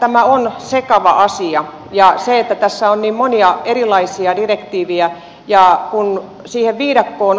tämä on sekava asia ja tässä on niin monia erilaisia direktiivejä ja